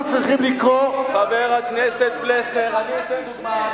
אנחנו צריכים לקרוא, אבל אנחנו שואלים ועונים.